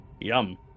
Yum